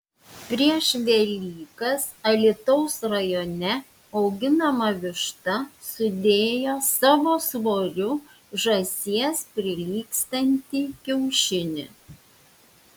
prieš velykas alytaus rajone auginama višta sudėjo savo svoriu žąsies prilygstantį kiaušinį